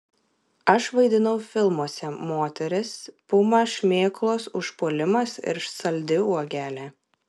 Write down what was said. aš vaidinau filmuose moteris puma šmėklos užpuolimas ir saldi uogelė